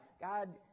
God